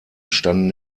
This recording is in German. standen